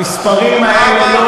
המספרים האלה לא